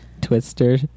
twister